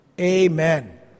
Amen